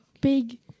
big